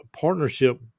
partnership